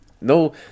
No